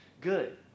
good